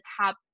top